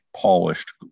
polished